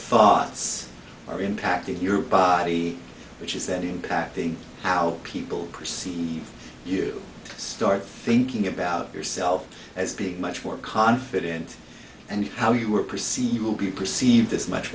thoughts are impacting your body which is that impacting how people perceive you start thinking about yourself as being much more confident and how you were perceived you perceive this much